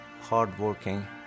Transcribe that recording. hardworking